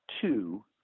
two